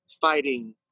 fighting